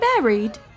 buried